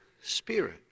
spirit